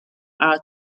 art